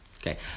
Okay